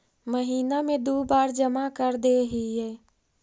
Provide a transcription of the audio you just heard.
महिना मे दु बार जमा करदेहिय?